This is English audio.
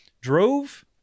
drove